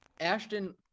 Ashton